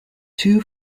two